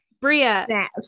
Bria